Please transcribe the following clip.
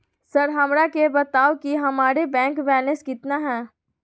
Sir हमरा के बताओ कि हमारे बैंक बैलेंस कितना है?